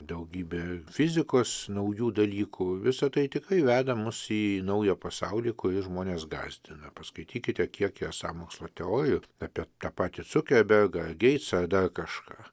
daugybė fizikos naujų dalykų visa tai tikrai veda mus į naują pasaulį kuris žmonės gąsdina paskaitykite kiek yra sąmokslo teorijų apie tą patį cukerbergą geitsą ar dar kažką